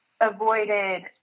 avoided